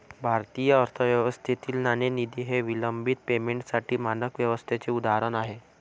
भारतीय अर्थव्यवस्थेतील नाणेनिधी हे विलंबित पेमेंटसाठी मानक व्यवस्थेचे उदाहरण आहे